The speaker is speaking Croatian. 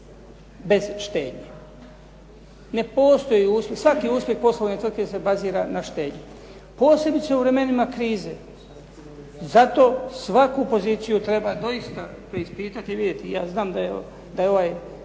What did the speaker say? Ne postoji, svaki uspjeh poslovne tvrtke se bazira na štednji posebice u vremenima krize. Zato svaku poziciju treba doista preispitati i vidjeti. Ja znam da je ovaj